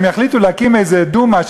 אם הם יחליטו להקים איזה "דומה",